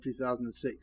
2006